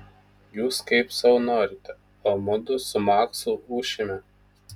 jūs kaip sau norite o mudu su maksu ūšime